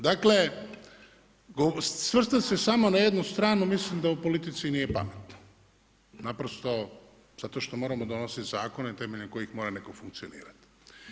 Dakle svrstam se samo na jednu stranu mislim da u politici nije pametno, naprosto zato što moramo donositi zakone temeljem kojih netko mora funkcionirati.